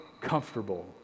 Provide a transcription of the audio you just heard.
comfortable